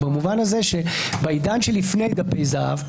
במובן הזה שבעידן לפני דפי זהב,